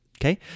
okay